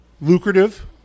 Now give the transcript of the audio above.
Lucrative